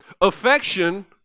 Affection